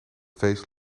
feest